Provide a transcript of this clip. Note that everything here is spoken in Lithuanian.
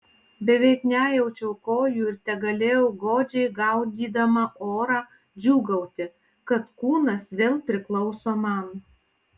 beveik nejaučiau kojų ir tegalėjau godžiai gaudydama orą džiūgauti kad kūnas vėl priklauso man